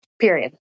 period